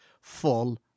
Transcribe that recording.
full